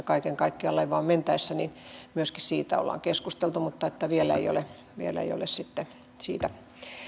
kaiken kaikkiaan laivaan mentäessä niin myöskin siitä ollaan keskusteltu mutta vielä ei ole sitten siitä